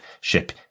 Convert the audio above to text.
ship